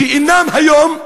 אינן היום,